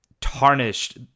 tarnished